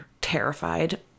terrified